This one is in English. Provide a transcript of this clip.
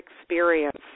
experience